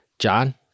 John